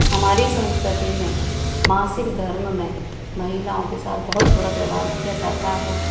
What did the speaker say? हमारी सांस्कृति मे मासिक धर्म में महिलाओं के साथ बहुत बुरा व्यवहार किया जाता हैं